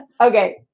Okay